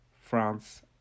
France